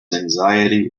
anxiety